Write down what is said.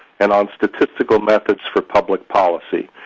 and on statistical methods for public policy.